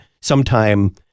sometime